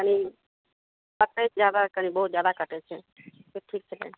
कटै जादा कनी बहुत जादा कटै छै तैयो ठीक छै लाइन